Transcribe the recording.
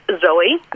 Zoe